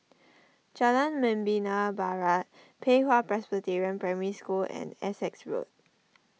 Jalan Membina Barat Pei Hwa Presbyterian Primary School and Essex Road